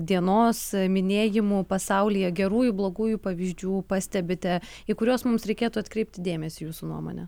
dienos minėjimų pasaulyje gerųjų blogųjų pavyzdžių pastebite į kuriuos mums reikėtų atkreipti dėmesį jūsų nuomone